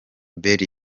merry